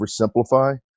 oversimplify